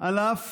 אף